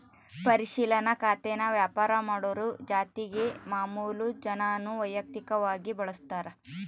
ಪರಿಶಿಲನಾ ಖಾತೇನಾ ವ್ಯಾಪಾರ ಮಾಡೋರು ಜೊತಿಗೆ ಮಾಮುಲು ಜನಾನೂ ವೈಯಕ್ತಕವಾಗಿ ಬಳುಸ್ತಾರ